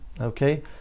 okay